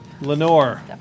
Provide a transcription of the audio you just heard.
Lenore